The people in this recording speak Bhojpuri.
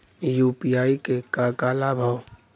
यू.पी.आई क का का लाभ हव?